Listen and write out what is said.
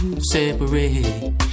separate